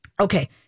okay